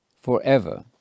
forever